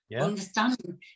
understanding